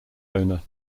owner